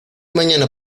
mañana